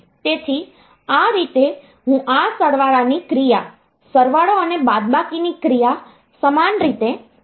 તેથી આ રીતે હું આ સરવાળાની ક્રિયા સરવાળો અને બાદબાકીની ક્રિયા સમાન રીતે કરી શકું છું